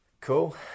Cool